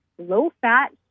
low-fat